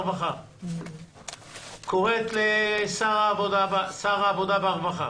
הרווחה והבריאות קוראת לשר העבודה והרווחה